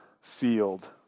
field